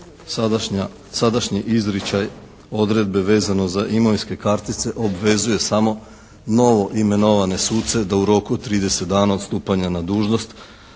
sadašnji izričaj odredbe vezano za imovinske kartice obvezuje samo novo imenovane suce da u roku od 30 dana od stupanja na dužnost